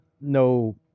no